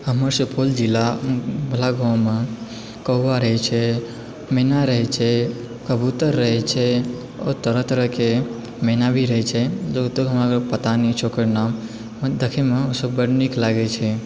हमर सुपौल जिला बलहा गाँवमे कौआ रहय छै मैना रहय छै कबूतर रहय छै आओर तरह तरहकेँ मैना भी रहय छै ओतेक हमरा पता नहि छै ओकर नाम देखयमे ओसभ बड्ड नीक लागय छै